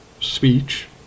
speech